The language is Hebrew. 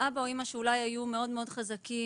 אבא או אמא שאולי היו מאוד מאוד חזקים,